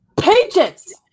Pages